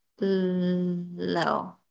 Low